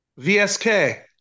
VSK